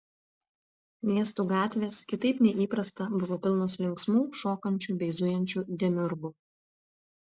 miestų gatvės kitaip nei įprasta buvo pilnos linksmų šokančių bei zujančių demiurgų